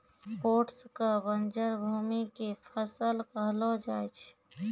oats कॅ बंजर भूमि के फसल कहलो जाय छै